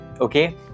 okay